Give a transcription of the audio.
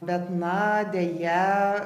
bet na deja